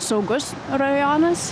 saugus rajonas